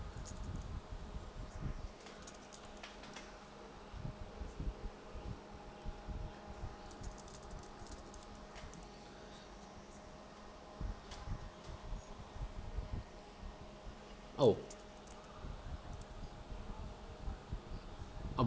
oh ab~